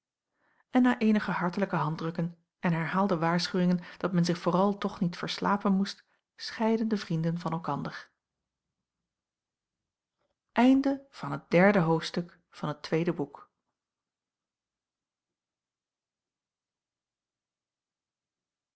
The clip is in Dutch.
en na eenige hartelijke handdrukken en herhaalde waarschuwingen dat men zich vooral toch niet verslapen moest scheidden de vrienden van elkander